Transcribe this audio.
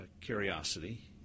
curiosity